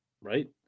right